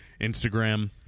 Instagram